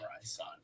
Sun